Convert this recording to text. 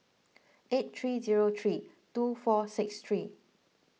eight three zero three two four six three